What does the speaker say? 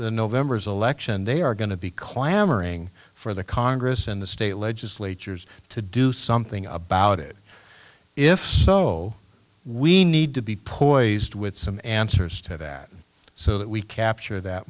november's election they are going to be clamoring for the congress and the state legislatures to do something about it if so we need to be poised with some answers to that so that we capture that